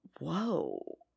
Whoa